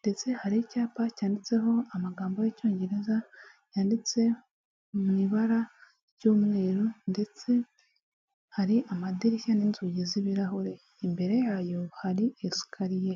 ndetse hari icyapa cyanditseho amagambo y'icyongereza yanditse mu ibara ry'umweru, ndetse hari amadirishya n'inzugi z'ibirahure. Imbere yayo hari esikariye.